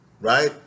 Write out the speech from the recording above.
right